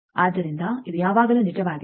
ಆದ್ದರಿಂದ ಇದು ಯಾವಾಗಲೂ ನಿಜವಾಗಿದೆ